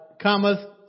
cometh